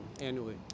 annually